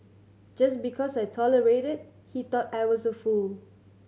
just because I tolerated he thought I was a fool